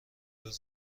روز